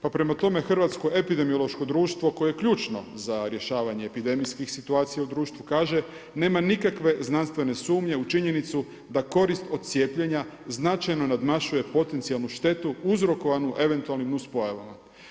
Pa prema tome, Hrvatsko epidemiološko društvo koje je ključno za rješavanje epidemijskih situacija u društvu kaže, nema nikakve znanstvene sumnje u činjenicu da korist od cijepljenja značajno nadmašuje potencijalnu štetu uzrokovanu eventualnim nuspojavama.